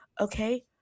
okay